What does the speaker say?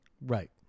Right